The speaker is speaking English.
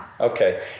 okay